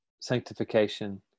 sanctification